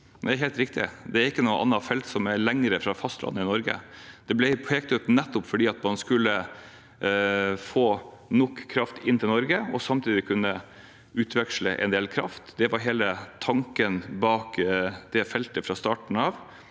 Det er helt riktig. Det er ikke noe annet felt som er lenger fra fastlandet i Norge. Det ble pekt ut nettopp fordi man skulle få nok kraft inn til Norge og samtidig kunne utveksle en del kraft. Det var hele tanken bak det feltet fra starten av